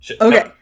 okay